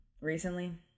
recently